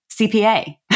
CPA